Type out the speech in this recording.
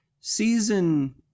Season